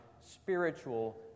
spiritual